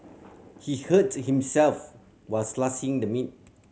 he hurt himself while slicing the meat